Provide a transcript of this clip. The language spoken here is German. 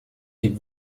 die